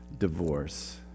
divorce